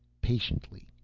patiently,